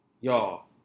Y'all